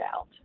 out